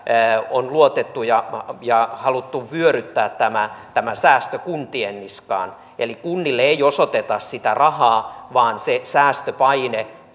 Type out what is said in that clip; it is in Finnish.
on luotettu ja ja haluttu vyöryttää tämä tämä säästö kuntien niskaan eli kunnille ei osoiteta sitä rahaa vaan se säästöpaine